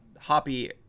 hoppy